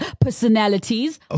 personalities